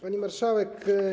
Pani Marszałek!